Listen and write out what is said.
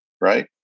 right